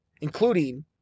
including